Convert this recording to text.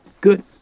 Good